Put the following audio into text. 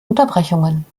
unterbrechungen